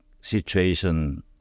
situation